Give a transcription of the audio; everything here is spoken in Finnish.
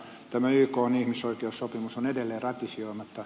tämä ykn ihmisoikeussopimus on edelleen ratifioimatta